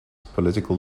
political